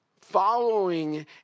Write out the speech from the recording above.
following